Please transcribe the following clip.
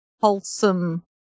wholesome